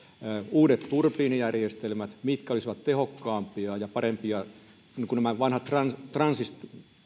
uudet turbiinijärjestelmät mitkä olisivat tehokkaampia ja parempia kuin nämä vanhat francis